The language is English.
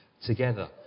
together